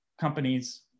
companies